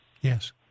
Yes